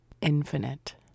infinite